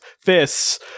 fists